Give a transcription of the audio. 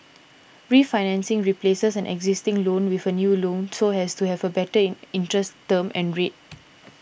refinancing replaces an existing loan with a new loan so as to have a better interest term and rate